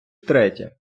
третє